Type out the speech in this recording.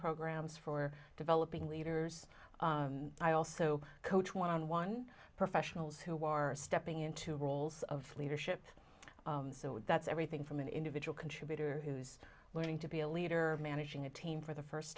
programs for developing leaders i also coach one on one professionals who are stepping into roles of leadership that's everything from an individual contributor who's going to be a leader managing a team for the first